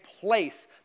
place